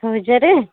ଆଠ ହଜାର